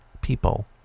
people